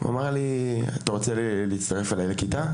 הוא אמר לי: אתה רוצה להצטרף אלי לכיתה?